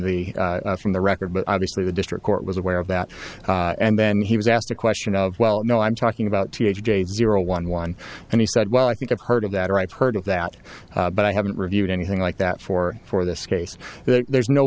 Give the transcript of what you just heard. the from the record but obviously the district court was aware of that and then he was asked a question of well no i'm talking about th gate zero one one and he said well i think i've heard of that or i've heard of that but i haven't reviewed anything like that for for this case there's no